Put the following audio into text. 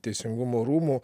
teisingumo rūmų